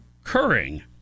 occurring